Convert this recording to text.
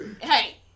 hey